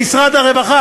במשרד הרווחה,